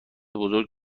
بزرگ